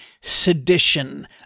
sedition